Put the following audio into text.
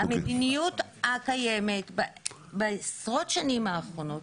המדיניות הקיימת בעשרות השנים האחרונות.